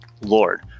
Lord